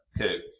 okay